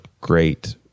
great